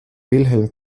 wilhelm